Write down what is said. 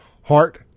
Heart